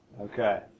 Okay